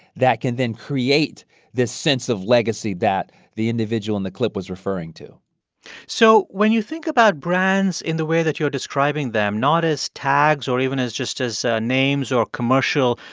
that can then create this sense of legacy that the individual individual in the clip was referring to so when you think about brands in the way that you're describing them not as tags or even as just as names or commercial,